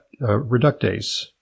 reductase